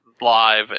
live